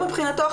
הוא מבחינתו,